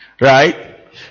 right